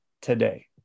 today